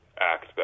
act